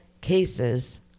cases